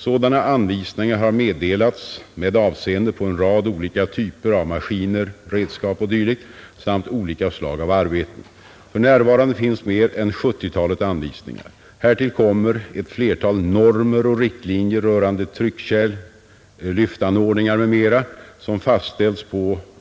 Sådana anvisningar har meddelats med avseende på en rad olika typer av maskiner, redskap o. d. samt olika slag av arbeten. För närvarande finns mer än sjuttiotalet anvisningar. Härtill kommer ett flertal normer och riktlinjer rörande tryckkärl, lyftanordningar m.m., som fastställts